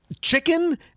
chicken